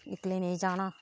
इक्कले नेईं जाना